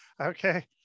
Okay